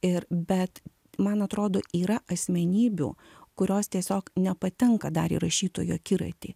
ir bet man atrodo yra asmenybių kurios tiesiog nepatenka dar į rašytojų akiratį